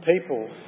People